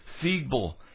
feeble